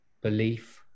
belief